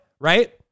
right